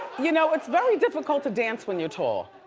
you know it's very difficult to dance when you're tall.